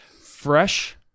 Fresh